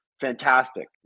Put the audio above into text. fantastic